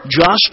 Josh